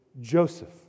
Joseph